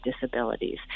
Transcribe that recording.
disabilities